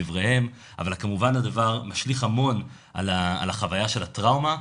כמובן הדבר משליך המון על החוויה של הטראומה,